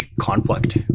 conflict